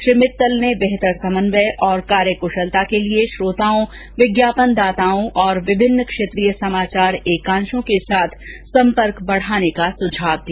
श्री मित्तल ने बेहतर समन्वय और कार्यकुशलता के लिए श्रोताओं विज्ञापनदाताओं और विभिन्न क्षेत्रीय समाचार एकांशों के साथ सम्पर्क बढाने का सुझाव दिया